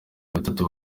batatu